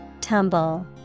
Tumble